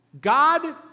God